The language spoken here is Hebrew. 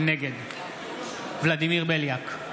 נגד ולדימיר בליאק,